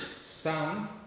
sound